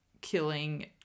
killing